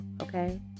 Okay